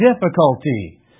difficulty